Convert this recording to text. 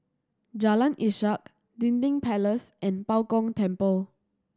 Jalan Ishak Dinding Place and Bao Gong Temple